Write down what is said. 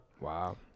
Wow